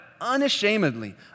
unashamedly